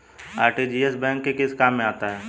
RTGS bank के किस काम में आता है?